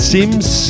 Sims